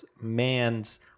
man's